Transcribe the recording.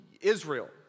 Israel